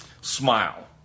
SMILE